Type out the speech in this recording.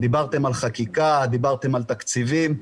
דיברתם על חקיקה, דיברתם על תקציבים.